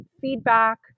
feedback